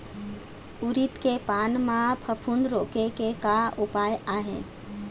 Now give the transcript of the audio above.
उरीद के पान म फफूंद रोके के का उपाय आहे?